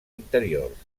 interiors